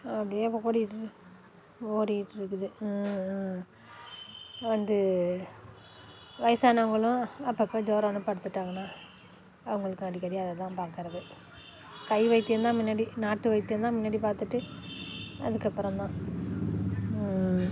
அப்படியே இப்போ ஓடிகிட்டு ஓடிக்கிட்டு இருக்குது வந்து வயசானவங்களும் அப்போ அப்போ ஜொரம்ன்னு படுத்துவிட்டாங்கன்னா அவங்களுக்கு அடிக்கடி அதை தான் பார்க்கறது கை வைத்தியம் தான் முன்னாடி நாட்டு வைத்தியம் தான் முன்னாடி பார்த்துட்டு அதுக்கப்புறம் தான்